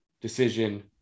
decision